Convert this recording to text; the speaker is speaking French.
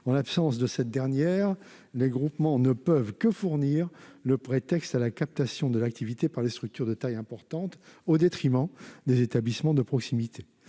rapporteur du texte à l'époque, les groupements ne peuvent que fournir le prétexte à la captation de l'activité par les structures de taille importante, au détriment des établissements de proximité.